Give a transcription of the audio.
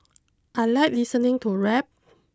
I like listening to rap